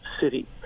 city